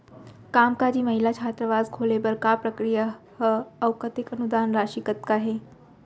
कामकाजी महिला छात्रावास खोले बर का प्रक्रिया ह अऊ कतेक अनुदान राशि कतका हे?